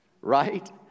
Right